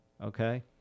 Okay